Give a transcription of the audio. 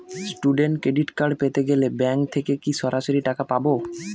Student credit card পেতে গেলে bank থেকে কি সরাসরি টাকা পাবো?